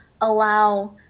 allow